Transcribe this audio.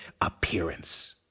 appearance